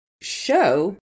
show